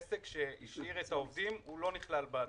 עסק שהשאיר את העובדים לא נכלל בתוכנית.